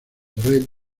red